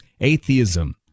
atheism